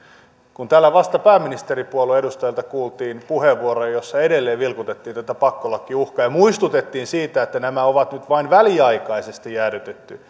kun täällä vasta pääministeripuolue edustajilta kuultiin puheenvuoroja joissa edelleen vilkutettiin tätä pakkolakiuhkaa ja muistutettiin siitä että nämä on nyt vain väliaikaisesti jäädytetty